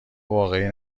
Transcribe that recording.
واقعی